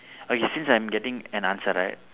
okay since I'm getting an answer right